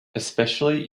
especially